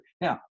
Now